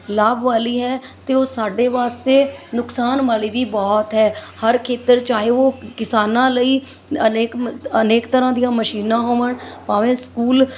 ਲਾਭ ਵਾਲੀ ਹੈ ਤਾਂ ਉਹ ਸਾਡੇ ਵਾਸਤੇ ਨੁਕਸਾਨ ਵਾਲੀ ਵੀ ਬਹੁਤ ਹੈ ਹਰ ਖੇਤਰ ਚਾਹੇ ਉਹ ਕ ਕਿਸਾਨਾਂ ਲਈ ਅਲੇਕ ਮਤ ਅਨੇਕ ਤਰ੍ਹਾਂ ਦੀਆਂ ਮਸ਼ੀਨਾਂ ਹੋਵਣ ਭਾਵੇਂ ਸਕੂਲ